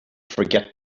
forget